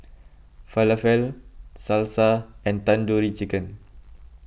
Falafel Salsa and Tandoori Chicken